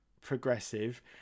progressive